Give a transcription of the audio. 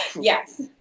Yes